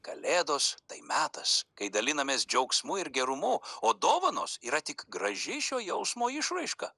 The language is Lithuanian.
kalėdos tai metas kai dalinamės džiaugsmu ir gerumu o dovanos yra tik graži šio jausmo išraiška